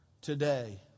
today